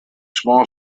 small